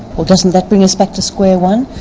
well doesn't that bring us back to square one?